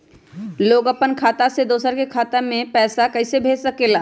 लोग अपन खाता से दोसर के खाता में पैसा कइसे भेज सकेला?